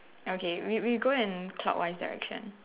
okay we we go in clockwise direction